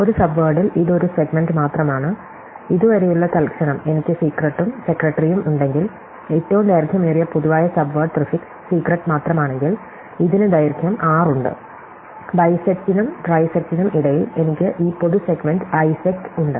ഒരു സബ്വേഡിൽ ഇത് ഒരു സെഗ്മെൻറ് മാത്രമാണ് ഇതുവരെയുള്ള തൽക്ഷണം എനിക്ക് സീക്രെട്ടും സെക്രട്ടറിയും ഉണ്ടെങ്കിൽ ഏറ്റവും ദൈർഘ്യമേറിയ പൊതുവായ സബ്വേഡ് പ്രിഫിക്സ് സീക്രെട്റ്റ് മാത്രമാണെങ്കിൽ ഇതിന് ദൈർഘ്യം 6 ഉണ്ട് ബൈസെക്റ്റിനും ട്രൈസെക്റ്റിനും ഇടയിൽ എനിക്ക് ഈ പൊതു സെഗ്മെൻറ് ഐസെക്റ്റ് ഉണ്ട്